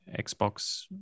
Xbox